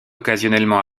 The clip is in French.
occasionnellement